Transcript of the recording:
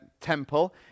temple